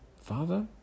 father